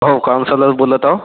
हो काउंसलर बोलत आहो